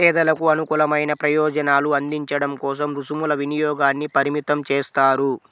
పేదలకు అనుకూలమైన ప్రయోజనాలను అందించడం కోసం రుసుముల వినియోగాన్ని పరిమితం చేస్తారు